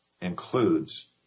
includes